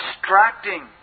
distracting